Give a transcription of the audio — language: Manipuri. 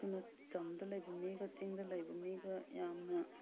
ꯑꯗꯨꯅ ꯇꯝꯗ ꯂꯩꯕ ꯃꯤꯒ ꯆꯤꯡꯗ ꯂꯩꯕ ꯃꯤꯒ ꯌꯥꯝꯅ